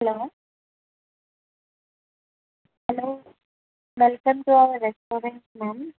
hello hello welcome to our restaurant ma'am